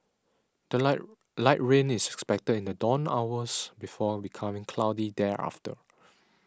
the light rain is expected in the dawn hours before becoming cloudy thereafter